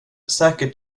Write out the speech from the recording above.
säkert